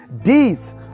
deeds